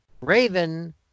Raven